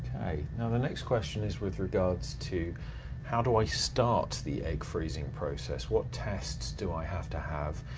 now the next question is with regards to how do i start the egg freezing process? what tests do i have to have,